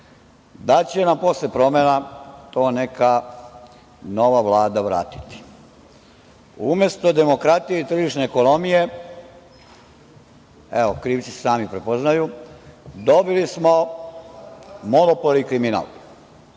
da će nam posle promena to neka nova Vlada vratiti. Umesto demokratije i tržišne ekonomije, evo, krivci se sami prepoznaju, dobili smo monopol i kriminal.